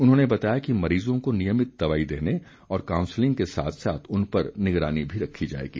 उन्होंने बताया कि मरीजों को नियमित दवाई देने और काउंसलिंग के साथ साथ उन पर निगरानी भी रखी जाएगी